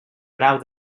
grau